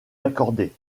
accorder